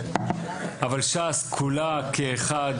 אבל ש"ס כולה כאחד,